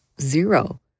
zero